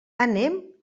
anem